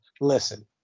Listen